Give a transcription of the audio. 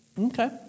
Okay